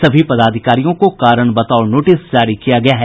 सभी पदाधिकारियों को कारण बताओ नोटिस जारी किया गया है